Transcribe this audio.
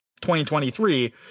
2023